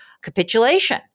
Capitulation